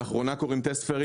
לאחרונה מהן קוראים TestFairy,